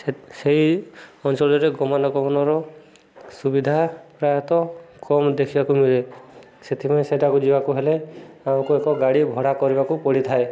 ସେ ସେଇ ଅଞ୍ଚଳରେ ଗମନାଗମନର ସୁବିଧା ପ୍ରାୟତଃ କମ୍ ଦେଖିବାକୁ ମିଳେ ସେଥିପାଇଁ ସେଠାକୁ ଯିବାକୁ ହେଲେ ଆମକୁ ଏକ ଗାଡ଼ି ଭଡ଼ା କରିବାକୁ ପଡ଼ିଥାଏ